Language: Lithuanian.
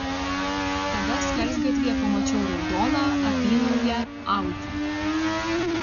tada skersgatvyje pamačiau raudoną apynauję audi